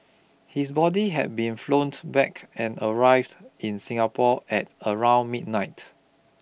his body had been flownt back and arrived in Singapore at around midnight